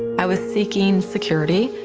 i was seeking security.